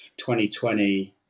2020